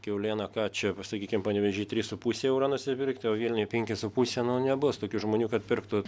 kiauliena ką čia va sakykim panevėžy trys su puse euro nusipirkti o vilniuj penki su puse nu nebus tokių žmonių kad pirktų